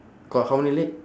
got how many leg